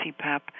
CPAP